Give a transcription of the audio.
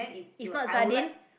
is not sardine